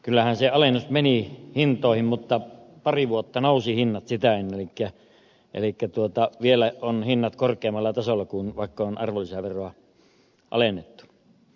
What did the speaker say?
kyllähän se alennus meni hintoihin mutta pari vuotta nousi hinnat sitä ennen elikkä vielä ovat hinnat korkeammalla tasolla vaikka on arvonlisäveroa alennettu